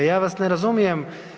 Ja vas ne razumijem.